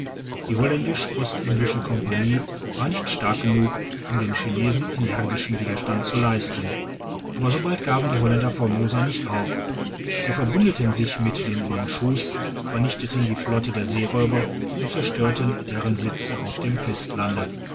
die holländisch ostindische kompagnie war nicht stark genug um den chinesen energischen widerstand zu leisten aber so bald gaben die holländer formosa nicht auf sie verbündeten sich mit den mandschus vernichteten die flotte der seeräuber und zerstörten deren sitze auf dem festlande